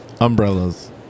Umbrellas